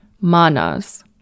Manas